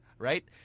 Right